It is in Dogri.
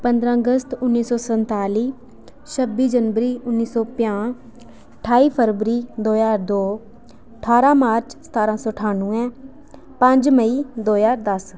पंदर अगस्त उन्नी सौ संताली छब्बी जनवरी उन्नी सौ पंजाह् ठाई फरवरी दो ज्हार दो सतारां मार्च ठारा सौ सतानुऐं पंज मेई दो ज्हार दस